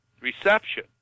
reception